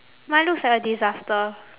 mine looks like a disaster